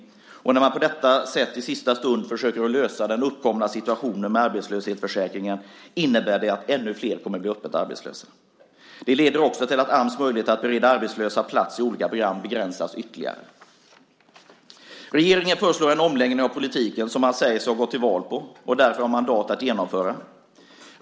När man på detta sätt och i sista stund försöker att lösa den uppkomna situationen med arbetslöshetsförsäkringen innebär det att ännu flera kommer att bli öppet arbetslösa. Det leder också till att Ams möjlighet att bereda arbetslösa plats i olika program begränsas ytterligare. Regeringen föreslår en omläggning av politiken som de säger sig ha gått till val på och därför har mandat att genomföra.